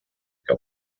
que